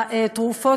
התרופות,